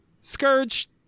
Scourge